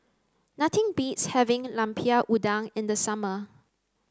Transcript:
nothing beats having lemper udang in the summer